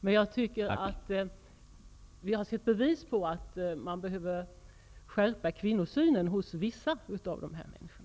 Vi har sett bevis på att synen på våld mot kvinnor behöver skärpas hos vissa av dessa människor.